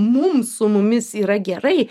mums su mumis yra gerai